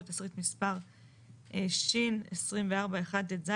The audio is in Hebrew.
התשכ"ו - 1965 (להלן - האכרזה העיקרית),